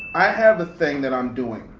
i have a thing that i'm doing.